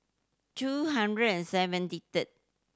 two hundred and seventy third